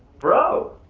bro,